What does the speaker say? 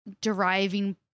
deriving